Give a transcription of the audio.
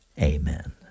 Amen